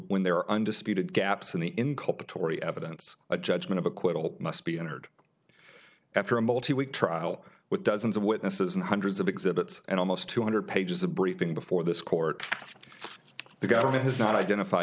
when there are undisputed gaps in the inculpatory evidence a judgment of acquittal must be entered after a multi week trial with dozens of witnesses and hundreds of exhibits and almost two hundred pages of briefing before this court the government has not identified